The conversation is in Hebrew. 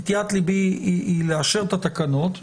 נטיית ליבי היא לאשר את התקנות,